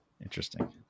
Interesting